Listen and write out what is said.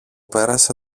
πέρασε